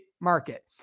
market